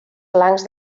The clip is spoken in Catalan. flancs